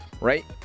right